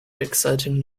exciting